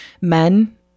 men